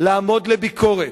לעמוד לביקורת,